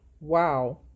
Wow